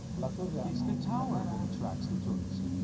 like sort of it's the tower that attracts the tourist.